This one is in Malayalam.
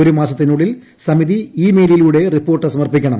ഒരു മാസ്ത്തിനുളളിൽ സമിതി ഇ മെയിലിലൂടെ റിപ്പോർട്ട് സമർപ്പിക്കണം